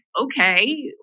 okay